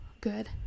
good